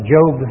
Job